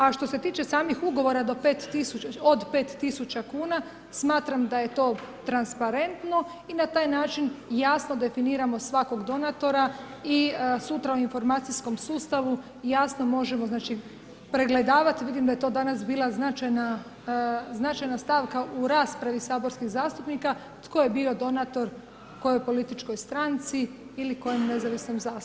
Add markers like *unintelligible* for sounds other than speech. A što se tiče samih ugovora od 5 tisuća kuna smatram da je to transparentno i na taj način jasno definiramo svakog donatora i ... *unintelligible* u informacijskom sustavu jasno možemo znači pregledavati, vidim da je to danas bila značajna stavka u raspravi saborskih zastupnika tko je bio donator kojoj političkoj stranci ili kojem nezavisnom zastupniku.